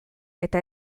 eta